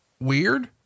Weird